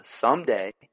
someday